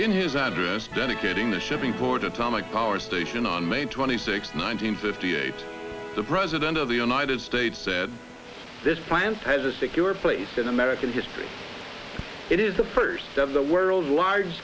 in his address dedicating the shipping for the atomic power station on may twenty sixth nineteen fifty eight the president of the united states said this plant has a secure place in american history it is the first of the world large